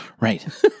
Right